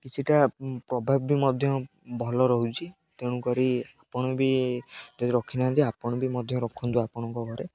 କିଛିଟା ପ୍ରଭାବ ବି ମଧ୍ୟ ଭଲ ରହୁଛି ତେଣୁକରି ଆପଣ ବି ଯଦି ରଖି ନାହାନ୍ତି ଆପଣ ବି ମଧ୍ୟ ରଖନ୍ତୁ ଆପଣଙ୍କ ଘରେ